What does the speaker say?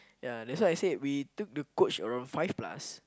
ya that's why I say we took the coach around five plus